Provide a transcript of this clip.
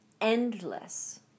endless